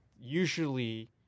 usually